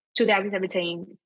2017